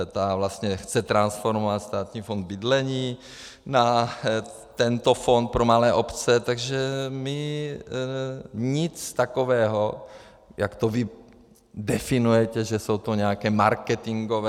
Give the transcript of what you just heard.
Ta vlastně chce transformovat Státní fond bydlení na tento fond pro malé obce, takže my nic takového, jak to vy definujete, že jsou to nějaké marketingové...